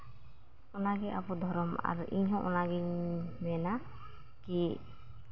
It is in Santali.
ᱚᱱᱟᱜᱮ ᱟᱵᱚ ᱫᱷᱚᱨᱚᱢ ᱟᱨ ᱤᱧᱦᱚᱸ ᱚᱱᱟᱜᱤᱧ ᱢᱮᱱᱟ ᱠᱤ